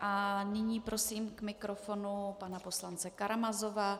A nyní prosím k mikrofonu pana poslance Karamazova.